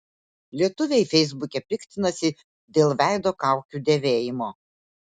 lietuviai feisbuke piktinasi dėl veido kaukių dėvėjimo